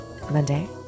Monday